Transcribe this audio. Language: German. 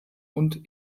und